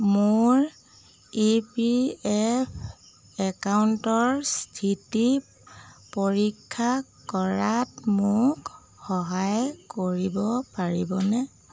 মোৰ E P F একাউণ্টৰ স্থিতি পৰীক্ষা কৰাত মোক সহায় কৰিব পাৰিবনে